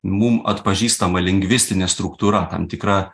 mum atpažįstama lingvistinė struktūra tam tikra